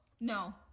No